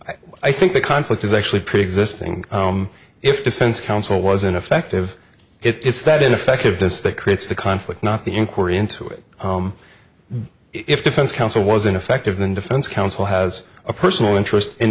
the i think the conflict is actually pretty existing if defense counsel was ineffective it's that ineffective this that creates the conflict not the inquiry into it home if defense counsel was ineffective than defense counsel has a personal interest in